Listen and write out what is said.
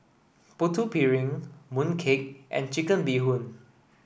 Putu Piring Mooncake and chicken bee hoon